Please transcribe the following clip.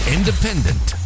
Independent